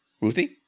Ruthie